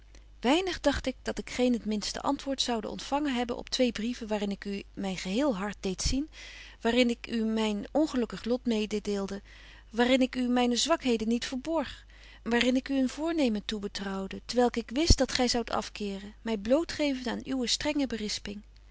weinig dagt ik dat ik geen het minste antwoord zoude ontfangen hebben op twee brieven waar in ik u myn geheel hart deed zien waar in ik u myn ongelukkig lot mededeelde waar in ik u myne zwakheden niet verborg waar in ik u een voornemen toebetrouwde t welk ik wist dat gy zoudt afkeuren my blootgevende aan uwe strenge berisping